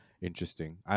interesting